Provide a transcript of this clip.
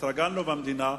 התרגלנו במדינה,